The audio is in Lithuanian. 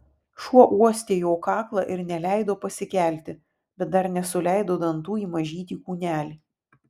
šuo uostė jo kaklą ir neleido pasikelti bet dar nesuleido dantų į mažytį kūnelį